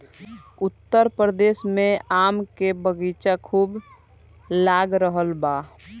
उत्तर प्रदेश में आम के बगीचा खूब लाग रहल बा